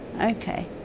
Okay